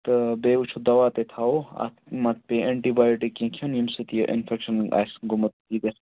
تہٕ بیٚیہِ وُچھو دوا تہِ تھاوَو اتھ ما پییٚہِ ایٚنٛٹی بَیاٹِک کیٚنٛہہ کھیٚون ییٚمہِ سۭتۍ یہِ اِنفیٚکشن آسہِ گوٚمُت یہِ گَژھِ